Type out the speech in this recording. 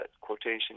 quotation